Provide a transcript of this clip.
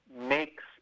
makes